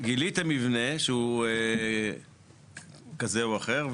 גיליתם מבנה שהוא כזה או אחר,